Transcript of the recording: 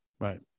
Right